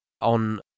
on